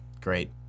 great